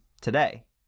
today